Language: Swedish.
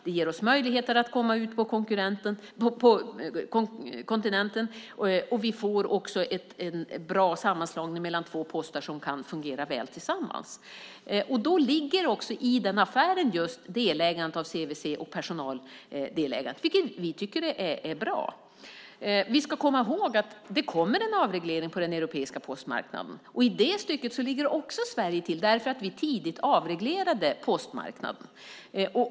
Det ger oss möjligheter att komma ut på kontinenten. Vi får också en bra sammanslagning mellan två postväsenden som kan fungera väl tillsammans. I den affären ligger just ett delägande av CVC och personalen, vilket vi tycker är bra. Vi ska komma ihåg att det kommer en avreglering på den europeiska postmarknaden. Då ligger Sverige bra till därför att vi tidigt avreglerade postmarknaden.